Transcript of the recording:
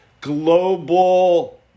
global